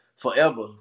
forever